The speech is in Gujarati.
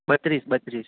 બત્રીસ બત્રીસ